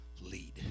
lead